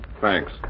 Thanks